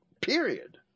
period